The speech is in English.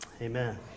Amen